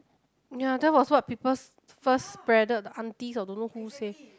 ya that was what people's first spreaded the aunties or don't know who say